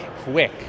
quick